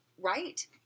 Right